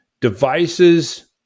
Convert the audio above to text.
devices